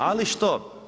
Ali što?